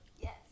Yes